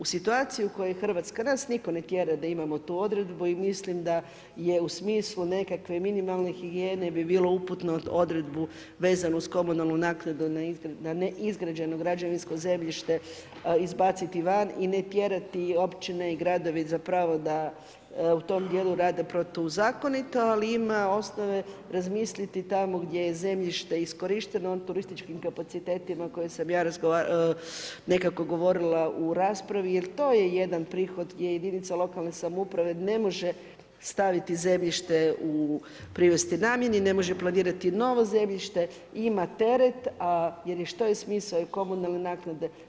U situaciji u kojoj je Hrvatska, nas nitko ne tjera da imamo tu odredbu i mislim da je u smislu nekakve minimalne higijene bi bilo uputno odredbu vezano uz komunalnu naknadu na neizgrađeno građevinsko zemljište izbaciti van i ne tjerati općine i gradove zapravo da u tom dijelu rade protuzakonito ali ima osnove razmisliti tamo gdje je zemljište iskorišteno na turističkim kapacitetima o kojima sam ja nekako govorila u raspravi jer to je jedan prihod gdje jedinica lokalne samouprave ne može staviti zemljište, privesti namjeni, ne može planirati novo zemljište i ima teret jer što je smisao i komunalne naknade?